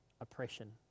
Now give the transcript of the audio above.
oppression